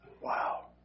Wow